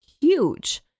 huge